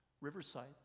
Riverside